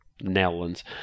Netherlands